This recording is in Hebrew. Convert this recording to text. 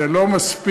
זה לא מספיק,